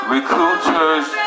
Recruiters